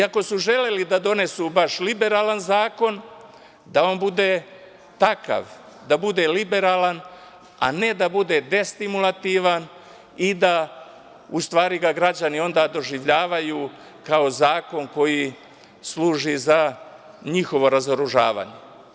Ako su želeli da donesu baš liberalan zakon, da on bude takav, da bude liberalan, a ne da bude destimulativan i da u stvari ga onda građani doživljavaju kao zakon koji služi za njihovo razoružavanje.